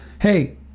hey